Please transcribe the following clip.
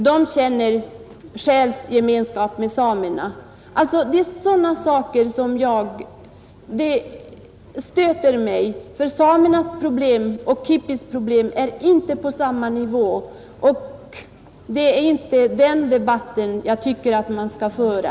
De känner själsgemenskap med samerna. Det är sådana saker som stöter mig, för samernas problem och hippies problem är inte på samma nivå, och det är inte den debatten jag tycker att man skall föra.